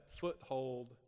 foothold